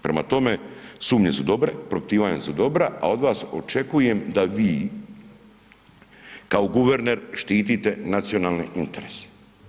Prema tome, sumnje su dobre, propitivanja su dobra, a od vas očekujem da vi kao guverner štitite nacionalne interese.